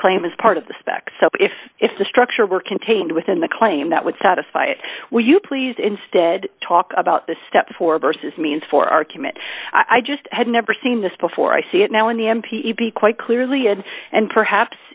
claim is part of the spec so if if the structure were contained within the claim that would satisfy it would you please instead talk about the step for versus means for argument i just had never seen this before i see it now in the m p b quite clearly and and perhaps